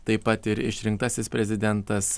taip pat ir išrinktasis prezidentas